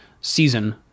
season